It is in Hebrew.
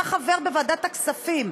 אתה חבר בוועדת הכספים,